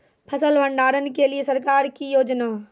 फसल भंडारण के लिए सरकार की योजना?